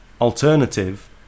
alternative